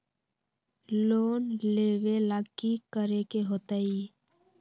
Loan लेवेला की करेके होतई?